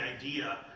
idea